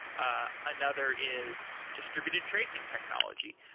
ah another is distributed tracing technology.